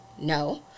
no